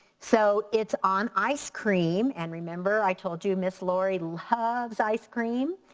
so it's on ice cream. and remember i told you ms. lori loves ice cream.